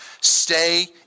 Stay